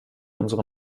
unsere